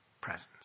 presence